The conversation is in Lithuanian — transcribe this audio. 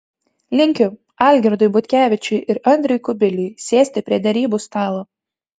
linkiu algirdui butkevičiui ir andriui kubiliui sėsti prie derybų stalo